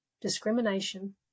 Discrimination